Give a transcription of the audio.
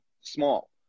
small